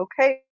okay